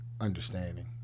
understanding